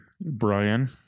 Brian